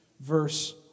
verse